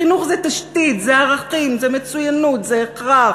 חינוך זה תשתית, זה ערכים, זה מצוינות, זה הכרח,